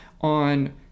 on